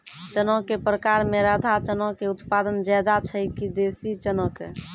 चना के प्रकार मे राधा चना के उत्पादन ज्यादा छै कि देसी चना के?